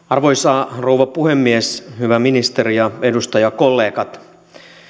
arvoisa rouva puhemies hyvä ministeri ja edustajakollegat